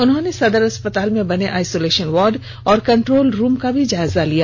उन्होंने सदर अस्पताल में बने आईसोलेषन वार्ड और कंट्रोल रूम का भी जायजा लिया